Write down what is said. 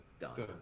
done